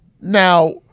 Now